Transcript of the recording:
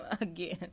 again